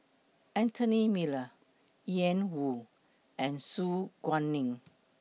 Anthony Miller Ian Woo and Su Guaning